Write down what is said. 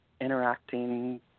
interacting